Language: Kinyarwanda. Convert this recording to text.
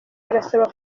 barasaba